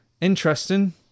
Interesting